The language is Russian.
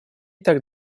так